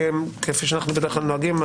שכפי שאנחנו בדרך כלל נוהגים,